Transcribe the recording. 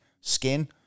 skin